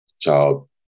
child